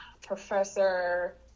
Professor